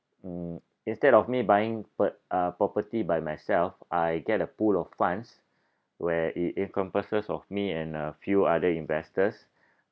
um instead of me buying p~ property by myself I get a pool of funds where it encompasses of me and a few other investors